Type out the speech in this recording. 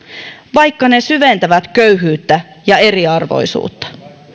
vaikka ne syventävät köyhyyttä ja eriarvoisuutta